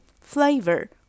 Flavor